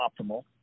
optimal